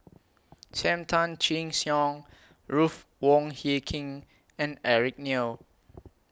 SAM Tan Chin Siong Ruth Wong Hie King and Eric Neo